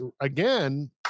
again